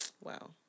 wow